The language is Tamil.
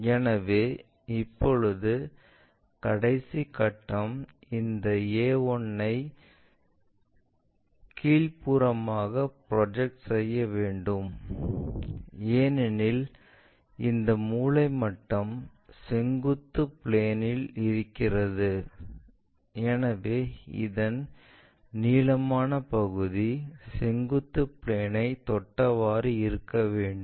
எனவே இப்போது கடைசி கட்டம் இந்த a1 ஐ கீழ்ப்புறமாக ப்ரொஜெக்ட் செய்ய வேண்டும் ஏனெனில் இந்த மூலை மட்டம் செங்குத்து பிளேன் இல் இருக்கின்றது எனவே இதன் நீளமான பகுதி செங்குத்து பிளேன் ஐ தொட்டவாறு இருக்க வேண்டும்